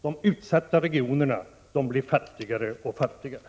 De utsatta regionerna blir fattigare och fattigare!